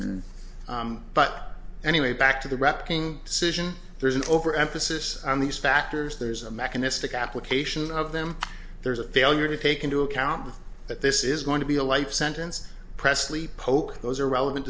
but anyway back to the wrapping cision there's an overemphasis on these factors there's a mechanistic application of them there's a failure to take into account that this is going to be a life sentence pressley polk those are relevant